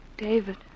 David